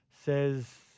says